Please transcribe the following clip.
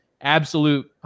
absolute –